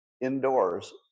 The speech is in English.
indoors